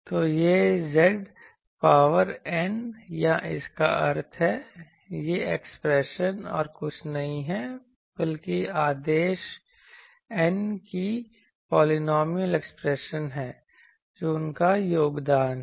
तो यह Z power n या इसका अर्थ है यह एक्सप्रेशन और कुछ नहीं है बल्कि आदेश n की पॉलिनॉमियल एक्सप्रेशन है जो उनका योगदान है